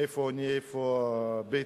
איפה אני, איפה בית-משפט